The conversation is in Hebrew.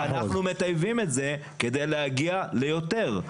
אז בהצעה הזאת אנחנו מטייבים את זה כדי להגיע ליותר.